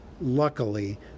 Luckily